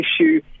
issue